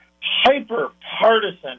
hyper-partisan